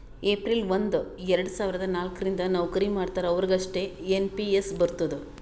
April ಒಂದು ಎರಡ ಸಾವಿರದ ನಾಲ್ಕ ರಿಂದ್ ನವ್ಕರಿ ಮಾಡ್ತಾರ ಅವ್ರಿಗ್ ಅಷ್ಟೇ ಎನ್ ಪಿ ಎಸ್ ಬರ್ತುದ್